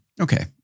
Okay